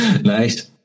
Nice